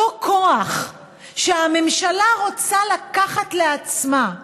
אותו כוח שהממשלה רוצה לקחת לעצמה,